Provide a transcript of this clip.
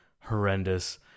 horrendous